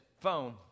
phone